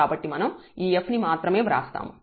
కాబట్టి మనం ఈ f ని మాత్రమే వ్రాస్తాము